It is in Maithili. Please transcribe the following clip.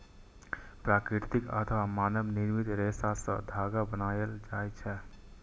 प्राकृतिक अथवा मानव निर्मित रेशा सं धागा बनायल जाए छै